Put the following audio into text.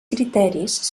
criteris